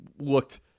looked